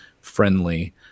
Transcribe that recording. friendly